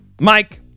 Mike